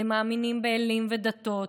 למאמינים באלים ודתות,